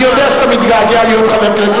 אני יודע שאני מתגעגע להיות חבר כנסת,